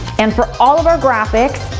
and for all of our graphics,